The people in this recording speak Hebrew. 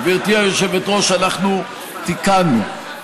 גברתי היושבת-ראש, אנחנו תיקנו.